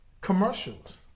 commercials